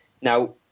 Now